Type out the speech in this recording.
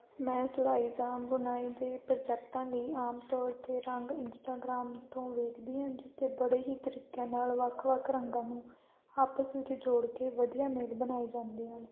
ਮੈਂ ਸਿਲਾਈ ਜਾਂ ਬੁਣਾਈ ਦੇ ਪ੍ਰੋਜੈਕਟਾਂ ਲਈ ਆਮ ਤੌਰ 'ਤੇ ਰੰਗ ਇੰਸਟਾਗ੍ਰਾਮ ਤੋਂ ਵੇਖਦੀ ਹਾਂ ਜਿੱਥੇ ਬੜੇ ਹੀ ਤਰੀਕਿਆਂ ਨਾਲ਼ ਵੱਖ ਵੱਖ ਰੰਗਾਂ ਨੂੰ ਆਪਸ ਵਿੱਚ ਜੋੜ ਕੇ ਵਧੀਆ ਮੇਲ ਬਣਾਏ ਜਾਂਦੇ ਹਨ